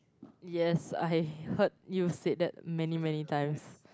yes I heard you said that many many times